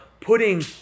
putting